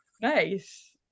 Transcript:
nice